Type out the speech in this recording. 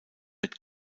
mit